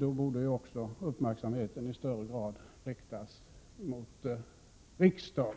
Då borde också uppmärksamheten i högre grad riktas mot riksdagen.